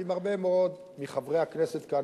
ועם הרבה מאוד מחברי הכנסת כאן,